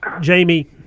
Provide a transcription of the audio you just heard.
Jamie